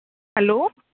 hello